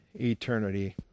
eternity